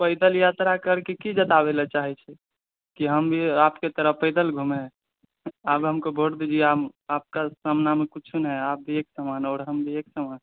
पैदल यात्रा करिके की जाताबैलए चाहै छै की हम भी आपके तरह पैदल घूमे आप हमको भोट दीजिये हम आपका सामना मे कुछो नहि आप भी एकसमान और हम भी एकसमान